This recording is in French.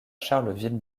charleville